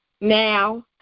now